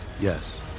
Yes